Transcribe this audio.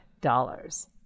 dollars